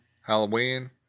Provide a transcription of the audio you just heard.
Halloween